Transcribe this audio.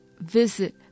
visit